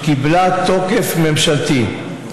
שקיבלה תוקף ממשלתי.